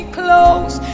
close